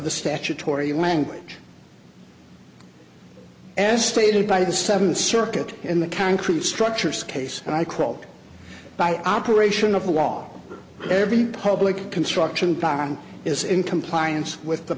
the statutory language as stated by the seventh circuit in the concrete structures case and i crawled by operation of the law every public construction pound is in compliance with the